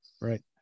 Right